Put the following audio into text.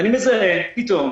ואני מזהה פתאום